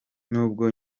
nubwo